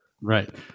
Right